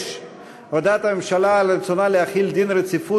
הודעת הממשלה על רצונה להחיל דין רציפות